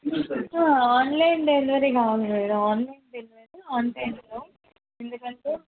online delivery కావాలి madam online delivery ఆన్లైన్లో ఎందుకంటే